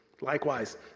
Likewise